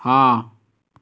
ହଁ